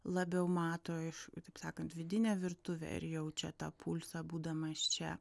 labiau mato iš taip sakant vidinę virtuvę ir jaučia tą pulsą būdamas čia